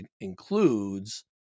includes